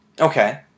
Okay